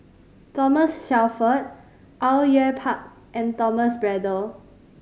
Thomas Shelford Au Yue Pak and Thomas Braddell